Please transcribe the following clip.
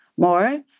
more